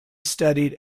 studied